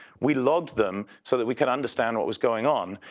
we logged them so that we could understand what was going on.